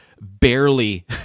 barely